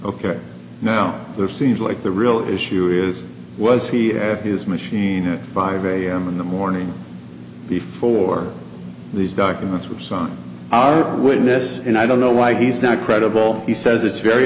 ok now there seems like the real issue is was he at his machine in five am in the morning before these documents were so our witness and i don't know why he's not credible he says it's very